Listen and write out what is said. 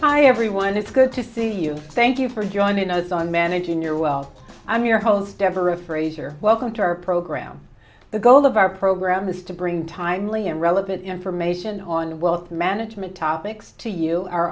hi everyone it's good to see you thank you for joining us on managing your well i'm your host deborah frasier welcome to our program the goal of our program is to bring timely and relevant information on wealth management topics to